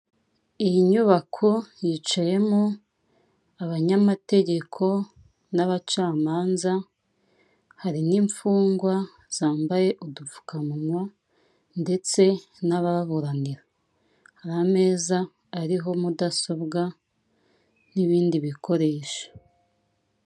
Iyi nyubako yicayemo abanyamategeko n'abacamanza, hari n'imfungwa zambaye udupfukamunwa ndetse n'abababuranira. Hari ameza ariho mudasobwa n'ibindi bikoresho.